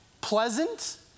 pleasant